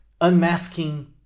unmasking